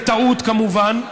בטעות כמובן,